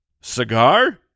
cigar